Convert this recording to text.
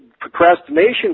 procrastination